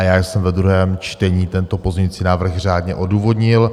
Já jsem ve druhém čtení tento pozměňující návrh řádně odůvodnil.